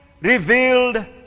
revealed